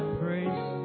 praise